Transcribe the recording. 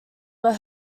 were